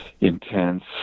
intense